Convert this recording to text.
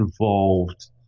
involved